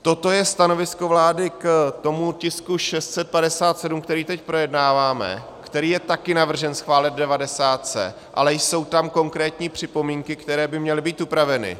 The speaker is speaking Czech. Toto je stanovisko vlády k tomu tisku 657, který teď projednáváme, který je také navržen schválit v devadesátce, ale jsou tam konkrétní připomínky, které by měly být upraveny.